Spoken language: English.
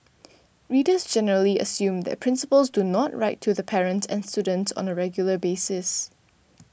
readers generally assume that principals do not write to the parents and students on a regular basis